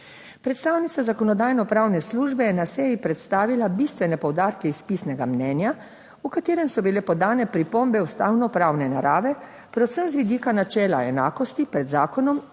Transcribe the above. Predstavnica Zakonodajno-pravne službe je na seji predstavila bistvene poudarke iz pisnega mnenja, v katerem so bile podane pripombe ustavno pravne narave, predvsem z vidika načela enakosti pred zakonom